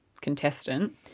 Contestant